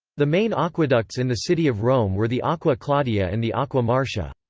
the main aqueducts in the city of rome were the aqua claudia and the aqua marcia.